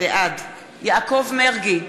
בעד יעקב מרגי,